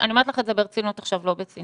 אני אומרת לך את זה ברצינות עכשיו לא בציניות,